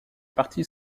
parti